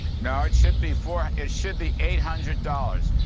no. it should be four it should be eight hundred dollars.